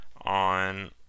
on